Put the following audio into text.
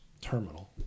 terminal